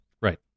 Right